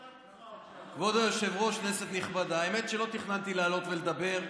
נכבדה, האמת שלא תכננתי לעלות ולדבר,